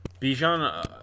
Bijan